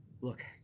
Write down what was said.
Look